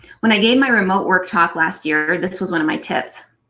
when i gave my remote work talk last year, this was one of my tips.